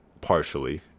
partially